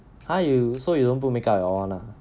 !huh! you so you don't put makeup at all [one] ah